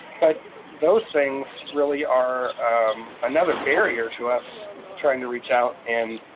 but those things really are another barrier to us trying to reach out and